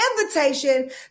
invitation